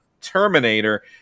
Terminator